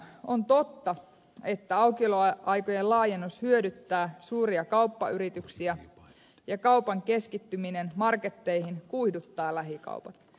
on totta että aukioloaikojen laajennus hyödyttää suuria kauppayrityksiä ja kaupan keskittyminen marketteihin kuihduttaa lähikaupat